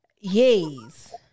yes